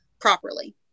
properly